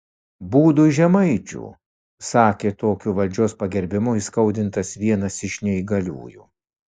būdui žemaičių sakė tokiu valdžios pagerbimu įskaudintas vienas iš neįgaliųjų